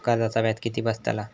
कर्जाचा व्याज किती बसतला?